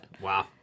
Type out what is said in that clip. Wow